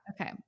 Okay